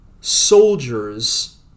soldiers